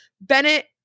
Bennett